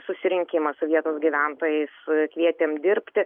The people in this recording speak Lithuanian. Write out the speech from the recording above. susirinkimą su vietos gyventojais kvietėm dirbti